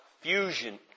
fusion